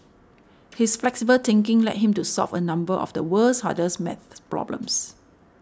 his flexible thinking led him to solve a number of the world's hardest maths problems